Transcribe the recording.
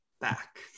back